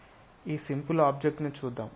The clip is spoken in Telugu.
ఈ సింపుల్ ఆబ్జెక్ట్ ను చూద్దాం